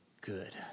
good